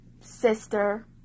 sister